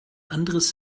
anderes